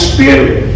Spirit